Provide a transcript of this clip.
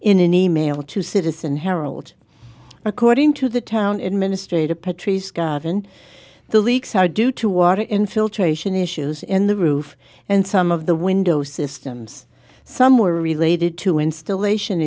in an email to citizen harold according to the town administrator patrice garvin the leaks are due to water infiltration issues in the roof and some of the windows systems some were related to installation